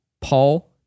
Paul